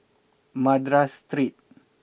Madras Street